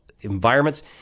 environments